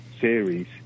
series